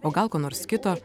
o gal ko nors kito